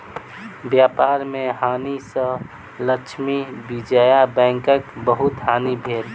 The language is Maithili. व्यापार में हानि सँ लक्ष्मी विजया बैंकक बहुत हानि भेल